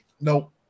nope